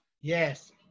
Yes